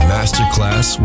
Masterclass